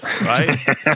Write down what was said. right